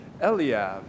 Eliab